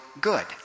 good